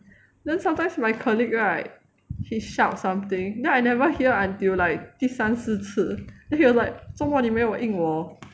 then sometimes my colleague right she shout something then I never hear until like 第三四次 he was like 做么你没有应我